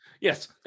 Yes